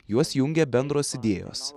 juos jungia bendros idėjos